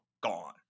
gone